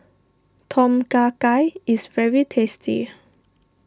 Tom Kha Gai is very tasty